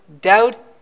Doubt